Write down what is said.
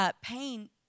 pain